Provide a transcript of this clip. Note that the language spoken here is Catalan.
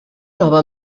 nova